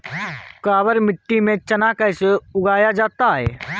काबर मिट्टी में चना कैसे उगाया जाता है?